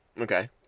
Okay